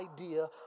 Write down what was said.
idea